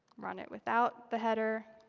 run it without the header,